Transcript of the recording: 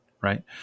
Right